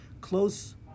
close